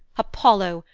apollo!